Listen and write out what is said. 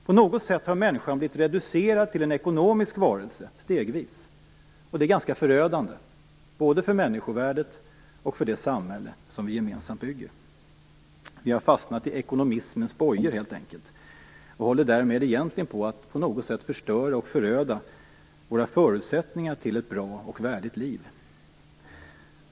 På något sätt har människan stegvis blivit reducerad till en ekonomisk varelse. Det är ganska förödande både för människovärdet och för det samhälle som vi gemensamt bygger. Vi har helt enkelt fastnat i ekonomismens bojor och håller därmed på att på något sätt förstöra och föröda våra förutsättningar till ett bra och värdigt liv.